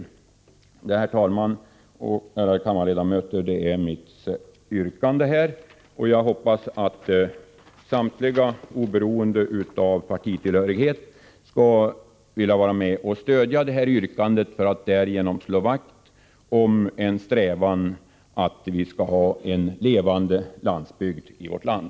Detta, herr talman och ärade kammarledamöter, är mitt yrkande. Jag hoppas att samtliga, oberoende av partitillhörighet, vill vara med och stödja detta yrkande för att därigenom slå vakt om en levande landsbygd i vårt land.